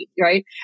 right